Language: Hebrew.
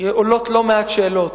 עולות לא מעט שאלות.